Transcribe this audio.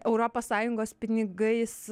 europos sąjungos pinigais